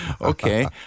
okay